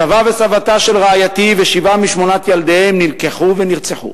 סבה וסבתה של רעייתי ושבעה משמונת ילדיהם נלקחו ונרצחו.